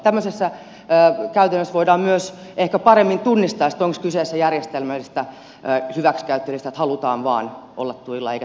tämmöisessä käytännössä voidaan myös ehkä paremmin tunnistaa onko kyseessä järjestelmällinen hyväksikäyttäminen että halutaan vain olla tuilla eikä tehdä mitään